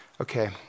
okay